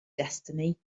destiny